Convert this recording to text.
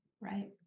Right